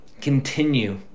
continue